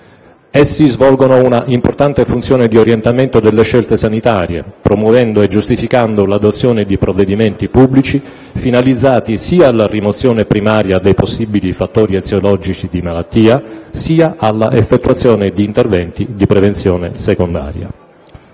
essi svolgono una importante funzione di orientamento delle scelte sanitarie, promuovendo e giustificando l'adozione di provvedimenti pubblici finalizzati sia alla rimozione primaria dei possibili fattori eziologici di malattia, sia all'effettuazione di interventi di prevenzione secondaria.